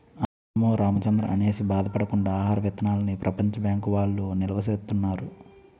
అన్నమో రామచంద్రా అనేసి బాధ పడకుండా ఆహార విత్తనాల్ని ప్రపంచ బ్యాంకు వౌళ్ళు నిలవా సేత్తన్నారు